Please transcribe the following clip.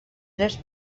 tres